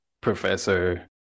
professor